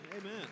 Amen